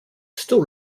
still